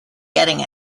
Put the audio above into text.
getting